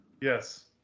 Yes